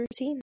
routine